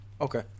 Okay